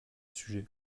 sujet